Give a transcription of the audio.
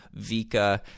Vika